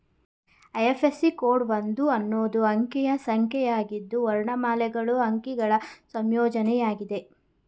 IFSC code ಒಂದು ಹನ್ನೊಂದು ಅಂಕಿಯ ಸಂಖ್ಯೆಯಾಗಿದ್ದು ವರ್ಣಮಾಲೆಗಳು ಅಂಕಿಗಳ ಸಂಯೋಜ್ನಯಾಗಿದೆ